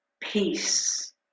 peace